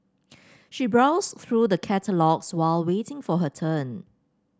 she browsed through the catalogues while waiting for her turn